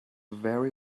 very